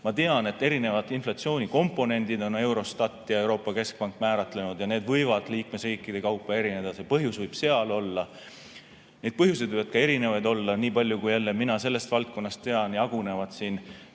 Ma tean, et erinevad inflatsioonikomponendid on Eurostat ja Euroopa Keskpank määratlenud ja need võivad liikmesriikide kaupa erineda. See põhjus võib seal olla. Neid põhjuseid võib ka erinevaid olla. Nii palju kui mina sellest valdkonnast tean, jagunevad siin